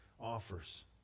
offers